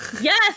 yes